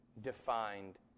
defined